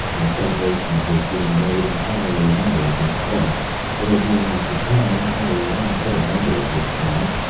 in celebration of his being made an honorary member of that club there being at the time only one other member of this class,